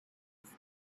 his